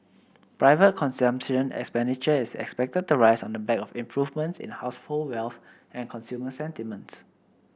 private consumption expenditure is expected to rise on the back of improvements in household wealth and consumer sentiments